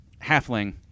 halfling